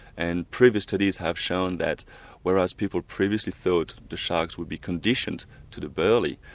and previous studies have shown that whereas people previously thought the sharks will be conditioned to the burley,